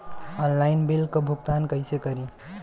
Online bill क भुगतान कईसे करी?